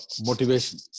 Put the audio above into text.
motivation